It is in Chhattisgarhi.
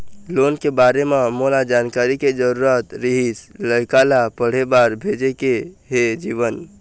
लोन के बारे म मोला जानकारी के जरूरत रीहिस, लइका ला पढ़े बार भेजे के हे जीवन